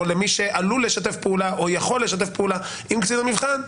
למי שעלול לשתף פעולה או יכול לשתף פעולה עם קצין המבחן.